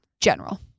General